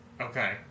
Okay